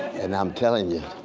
and i'm telling you,